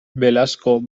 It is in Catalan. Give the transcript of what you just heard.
velasco